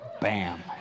Bam